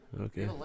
Okay